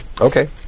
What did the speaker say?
Okay